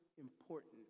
important